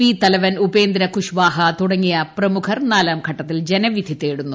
P തലവൻ ഉപേന്ദ്ര കുശ്വാഹ തുടങ്ങിയ പ്രമുഖർ നാലാം ഘട്ടത്തിൽ ജനവിധി തേടുന്നു